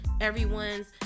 everyone's